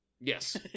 Yes